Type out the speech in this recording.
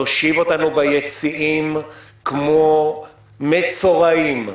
להושיב אותנו ביציעים כמו מצורעים.